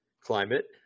climate